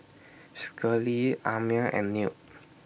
Schley Amir and Newt